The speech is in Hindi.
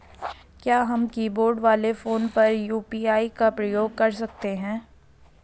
क्या हम कीबोर्ड वाले फोन पर यु.पी.आई का प्रयोग कर सकते हैं?